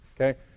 okay